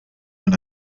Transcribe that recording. man